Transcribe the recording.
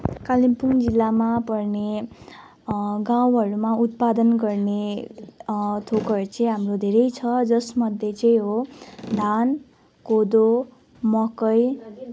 कालिम्पोङ जिल्लामा पर्ने गाउँहरूमा उत्पादन गर्ने थोकहरू चाहिँ हाम्रो धेरै छ जसमध्ये चाहिँ हो धान कोदो मकै